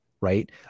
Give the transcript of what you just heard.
right